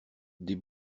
des